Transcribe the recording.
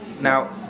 now